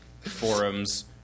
Forums